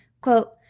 quote